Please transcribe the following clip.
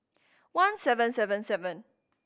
one seven seven seven